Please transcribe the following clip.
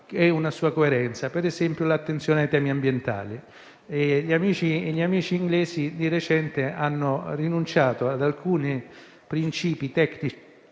come - per esempio - l'attenzione ai temi ambientali. Gli amici inglesi di recente hanno rinunciato ad alcuni principi tecnici